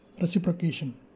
reciprocation